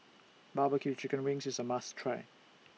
Barbecue Chicken Wings IS A must Try